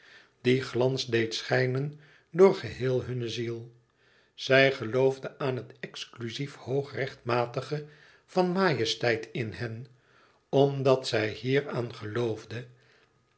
die glans deed schijnen door gehéel hunne ziel zij geloofde aan het excluzief hoog rechtmatige van majesteit in hen omdat zij hieraan geloofde